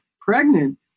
pregnant